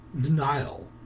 denial